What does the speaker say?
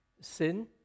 Sin